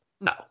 No